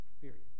period